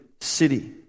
city